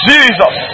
Jesus